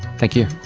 thank you.